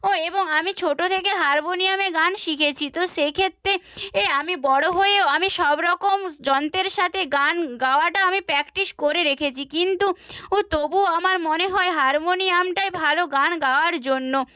ও এবং আমি ছোট থেকে হারমোনিয়ামে গান শিখেছি তো সেই ক্ষেত্রে এ আমি বড় হয়েও আমি সবরকম যন্ত্রের সাথে গান গাওয়াটা আমি প্র্যাক্টিস করে রেখেছি কিন্তু ও তবুও আমার মনে হয় হারমোনিয়ামটাই ভালো গান গাওয়ার জন্য